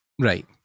right